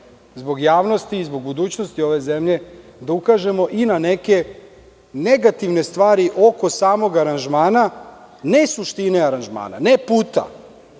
zbog javnosti i zbog budućnosti ove zemlje da ukažemo i na neke negativne stvari oko samog aranžmana, ne suštine aranžmana, ne puta